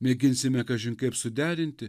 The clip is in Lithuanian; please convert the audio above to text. mėginsime kažin kaip suderinti